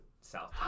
South